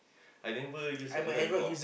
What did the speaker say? I didn't bother use Android before